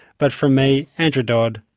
but from me, andrew dodd,